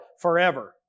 forever